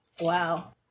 Wow